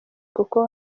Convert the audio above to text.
kuko